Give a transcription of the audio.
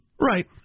Right